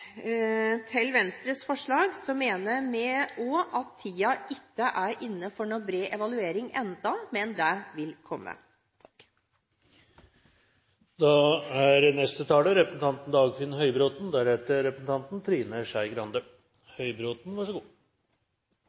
til Venstres forslag: Vi mener også at tiden ikke er inne for noen bred evaluering ennå. Men det vil komme.